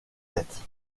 nette